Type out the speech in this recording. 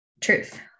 Truth